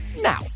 now